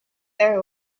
very